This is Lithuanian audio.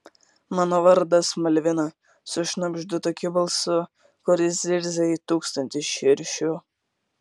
mano vardas malvina sušnabždu tokiu balsu kuris zirzia it tūkstantis širšių